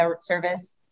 service